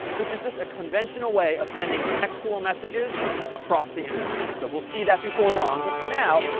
which is just a conventional way of sending textual messages across the internet. so we'll see that before long. but for now,